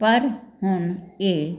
ਪਰ ਹੁਣ ਇਹ